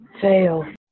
Fail